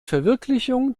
verwirklichung